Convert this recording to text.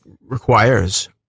requires